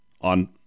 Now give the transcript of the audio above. on